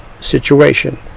situation